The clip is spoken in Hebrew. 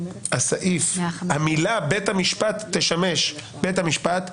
התכוונתי שהמילה "בית המשפט" תשמש: "בית המשפט,